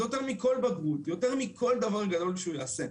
זה יותר מכל בגרות יותר מכל דבר גדול שהוא יעשה,